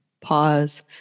Pause